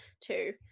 two